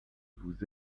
vous